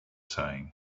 saying